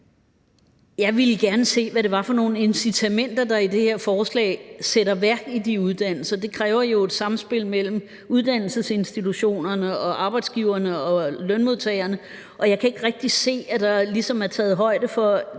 Jeg ville gerne se, hvad det er for nogle incitamenter, der er i det her forslag, til at iværksætte de her uddannelser. Det kræver jo et samspil mellem uddannelsesinstitutionerne, arbejdsgiverne og lønmodtagerne, og jeg kan ikke rigtig se, at der ligesom er taget højde for det